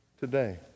today